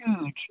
huge